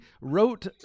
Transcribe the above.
wrote